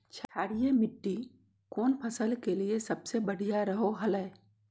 क्षारीय मिट्टी कौन फसल के लिए सबसे बढ़िया रहो हय?